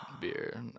beer